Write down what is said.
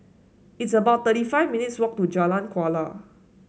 it's about thirty five minutes' walk to Jalan Kuala